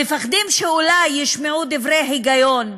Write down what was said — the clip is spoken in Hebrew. מפחדים שאולי ישמעו דברי היגיון,